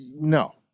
No